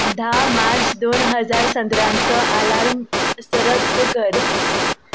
धा मार्च दोन हजार सतरांचो आलार्म रद्द कर